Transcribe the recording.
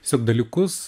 siog dalykus